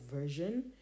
version